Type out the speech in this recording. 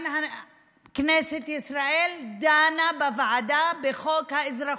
כנסת ישראל עדיין דנה בוועדה בחוק האזרחות,